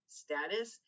status